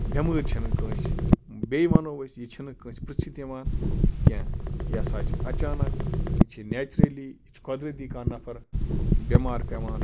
بٮ۪مٲرۍ چھَنہٕ کٲنٛسہِ بیٚیہِ وَنو أسۍ یہِ چھِنہٕ کٲنٛسہِ پرٛژھِتھ یِوان کیٚنٛہہ یہِ ہَسا چھِ اَچانَک یہِ چھِ نیچرٔلی یہِ چھِ قۄدرٔتی کانٛہہ نَفَر بٮ۪مار پٮ۪وان